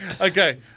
Okay